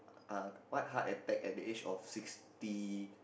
uh what heart attack at the age of sixty